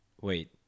wait